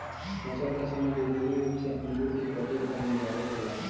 फसल क समय जरूरी रूप से अंगूर क पके पर निर्धारित होला